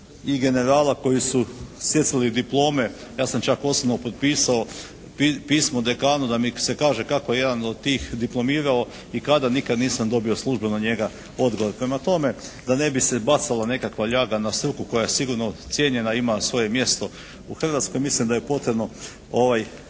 i generala koji su stjecali diplome. Ja sam čak osobno potpisao pismo dekanu da mi se kaže kako je jedan od tih diplomirao i kada? Nikad nisam dobio službeno od njega odgovor. Prema tome da ne bi se bacala nekakva ljaga na struku koja je sigurno cijenjena i ima svoje mjesto u Hrvatskoj, mislim da je potrebno